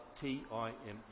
T-I-M-E